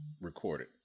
recorded